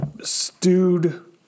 stewed